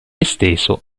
esteso